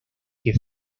que